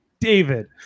David